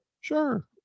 Sure